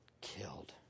killed